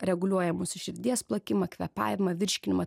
reguliuoja mūsų širdies plakimą kvėpavimą virškinimą